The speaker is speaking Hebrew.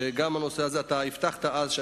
וגם בנושא הזה הבטחת אז.